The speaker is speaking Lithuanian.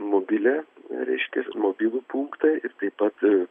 mobilią reiškias mobilų punktą ir taip pat